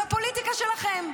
על הפוליטיקה שלכם.